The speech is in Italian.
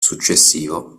successivo